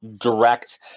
direct